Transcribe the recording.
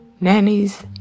Nannies